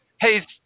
Hey